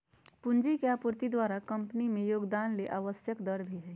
पूंजी के आपूर्ति द्वारा कंपनी में योगदान ले आवश्यक दर भी हइ